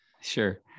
Sure